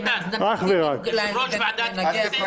-- -יושב-ראש ועדת הכנסת.